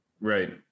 Right